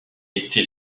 était